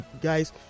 guys